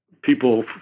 people